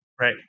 Right